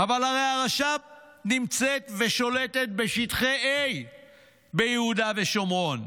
אבל הרי הרש"פ נמצאת ושולטת בשטחי A ביהודה ושומרון.